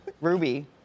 Ruby